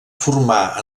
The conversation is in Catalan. formar